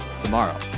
tomorrow